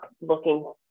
looking